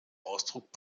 ausdruck